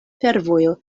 fervojo